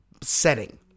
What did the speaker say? setting